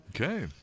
okay